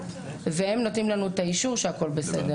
והם נותנים לנו את האישור שהכול בסדר.